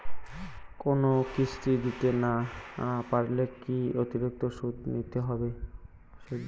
কোনো কিস্তি দিতে না পারলে কি অতিরিক্ত সুদ দিতে হবে?